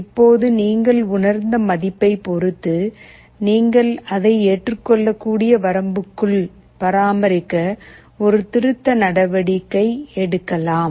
இப்போது நீங்கள் உணர்ந்த மதிப்பைப் பொறுத்து நீங்கள் அதை ஏற்றுக் கொள்ளக்கூடிய வரம்புகளுக்குள் பராமரிக்க ஒரு திருத்த நடவடிக்கை எடுக்கலாம்